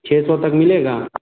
छः सौ तक मिलेगा